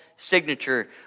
Signature